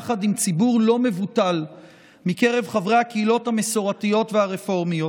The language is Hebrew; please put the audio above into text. יחד עם ציבור לא מבוטל מקרב חברי הקהילות המסורתיות והרפורמיות.